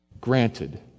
Granted